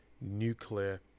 nuclear